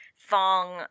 thong